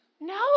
No